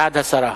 בעד הסרה.